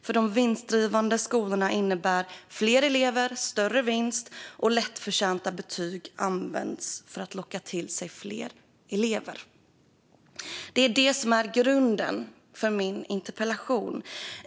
För de vinstdrivande skolorna innebär fler elever större vinst, och lättförtjänta betyg används för att locka fler elever. Det är detta som är grunden för min interpellation.